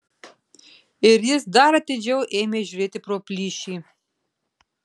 ir jis dar atidžiau ėmė žiūrėti pro plyšį